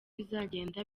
bizagenda